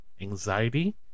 anxiety